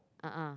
a'ah